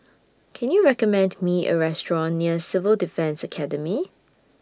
Can YOU recommend Me A Restaurant near Civil Defence Academy